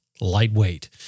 lightweight